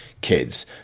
kids